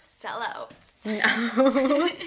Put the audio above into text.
sellouts